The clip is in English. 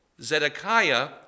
Zedekiah